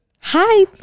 Hi